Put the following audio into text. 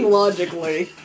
logically